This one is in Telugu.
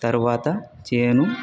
తర్వాత చేను